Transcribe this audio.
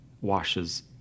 washes